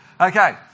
Okay